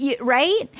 right